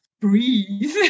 breathe